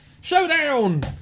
Showdown